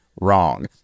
wrong